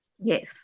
Yes